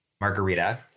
margarita